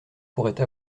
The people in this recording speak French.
pourraient